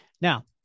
Now